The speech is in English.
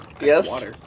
Yes